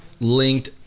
linked